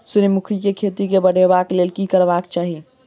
सूर्यमुखी केँ खेती केँ बढ़ेबाक लेल की करबाक चाहि?